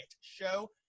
show